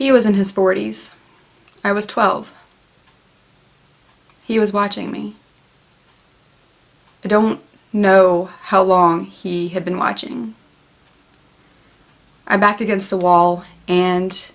he was in his forty's i was twelve he was watching me i don't know how long he had been watching i backed against the wall and